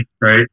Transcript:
right